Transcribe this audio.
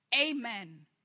Amen